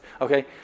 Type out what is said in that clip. Okay